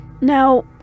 Now